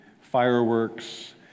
fireworks